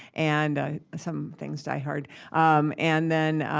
and some things die hard and then